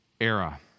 era